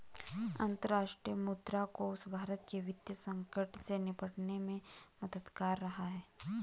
अंतर्राष्ट्रीय मुद्रा कोष भारत के वित्तीय संकट से निपटने में मददगार रहा है